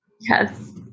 Yes